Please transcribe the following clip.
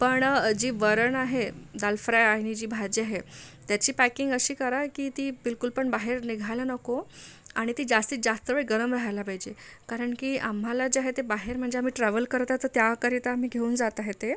पण जे वरण आहे दाल फ्राय आणि जी भाजी आहे त्याची पॅकिंग अशी करा की ती बिलकुलपण बाहेर निघायला नको आणि ती जास्तीत जास्त वेळ गरम राहायला पाहिजे कारण की आम्हाला जे आहे ते बाहेर म्हणजे आम्ही ट्रॅव्हल करता तर त्याकरिता मी घेऊन जात आहे ते